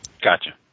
Gotcha